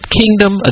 kingdom